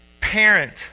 parent